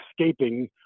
escaping